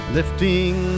Lifting